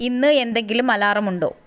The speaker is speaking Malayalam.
ഇന്ന് എന്തെങ്കിലും അലാറം ഉണ്ടോ